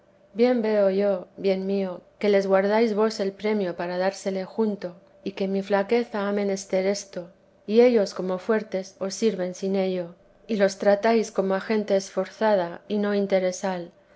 bien veo yo bien mío que les guardáis vos el premio para dársele junto y que mi flaqueza ha menester esto y ellos como fuertes os sirven sin ello y los tratáis como a gente esforzada y no interesal